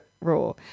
Raw